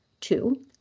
Two